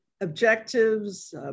objectives